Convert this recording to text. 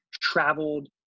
traveled